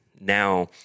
now